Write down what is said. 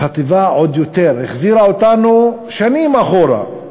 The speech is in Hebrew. החטיבה עוד יותר, החזירה אותנו שנים אחורה,